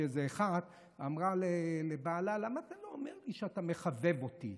אחת אמרה לבעלה: למה אתה לא אומר לי שאתה מחבב אותי?